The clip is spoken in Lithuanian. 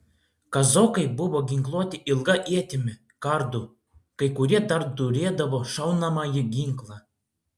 kazokai buvo ginkluoti ilga ietimi kardu kai kurie dar turėdavo šaunamąjį ginklą